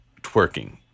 twerking